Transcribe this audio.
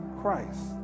Christ